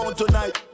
tonight